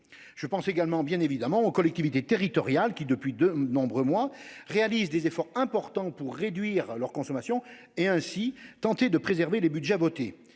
Je pense également aux collectivités territoriales, qui, depuis de nombreux mois, réalisent des efforts importants pour réduire leur consommation et ainsi tenter de préserver les budgets